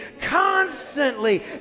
constantly